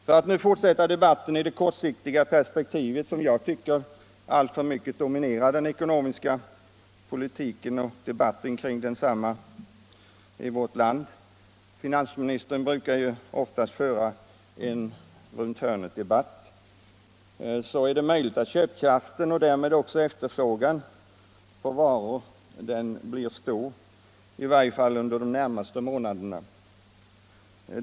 För att nu fortsätta debatten i det kortsiktiga perspektivet, som jag tycker alltför mycket dominerar den ekonomiska politiken och debatten kring densamma — finansministern brukar ju oftast föra en runt-hörnetdebatt — så är det möjligt att köpkraften och därmed också efterfrågan på varor blir stor, i varje fall under de närmaste månaderna.